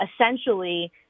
essentially